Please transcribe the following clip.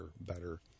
better